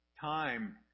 Time